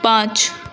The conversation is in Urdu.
پانچ